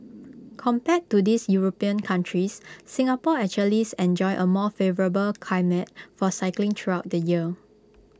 compared to these european countries Singapore actually enjoys A more favourable climate for cycling throughout the year